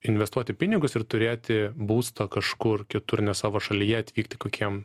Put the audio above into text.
investuoti pinigus ir turėti būstą kažkur kitur ne savo šalyje atvykti kokiem